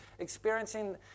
experiencing